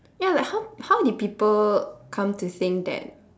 ya like how how did people come to think that